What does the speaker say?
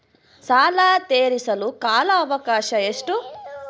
ಸಾಲ ತೇರಿಸಲು ಕಾಲ ಅವಕಾಶ ಎಷ್ಟು?